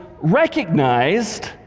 recognized